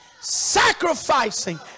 sacrificing